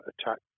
attack